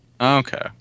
Okay